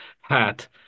hat